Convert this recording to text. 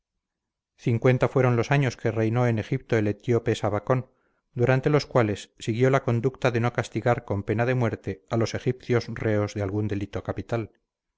cincuenta fueron los años que reinó en egipto el etíope sabacon durante los cuales siguió la conducta de no castigar con pena de muerte a los egipcios reos de algún delito capital